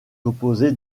composé